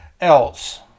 else